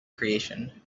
creation